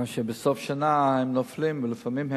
כך שבסוף השנה הם נופלים, ולפעמים,